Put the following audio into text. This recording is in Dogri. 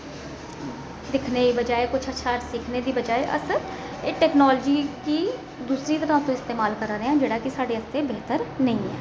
दिक्खने दी बजाए कुछ अच्छा सिक्खने दी बजाए अस एह टैक्नोलाजी गी दूसरी तरह इस्तमाल करा दे आं जेह्ड़ा कि साढ़े आस्तै बेहतर नेईं ऐ